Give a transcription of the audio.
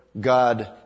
God